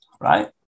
right